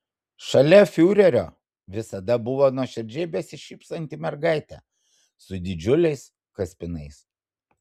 šalia fiurerio visada buvo nuoširdžiai besišypsanti mergaitė su didžiuliais kaspinais